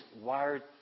wired